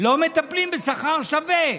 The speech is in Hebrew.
לא מטפלים בשכר שווה,